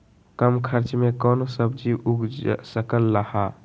कम खर्च मे कौन सब्जी उग सकल ह?